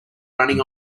running